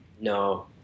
No